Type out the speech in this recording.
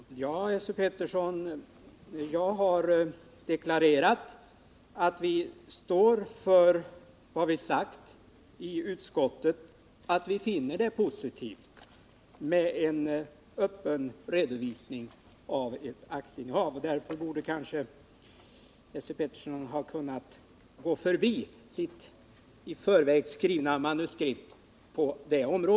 Herr talman! Ja, Esse Petersson, jag har deklarerat att vi står för vad vi har sagt i utskottet. Vi finner det positivt med en öppen redovisning av ett aktieinnehav. Därför borde kanske Esse Petersson på det området ha kunnat gå förbi sitt i förväg skrivna manuskript.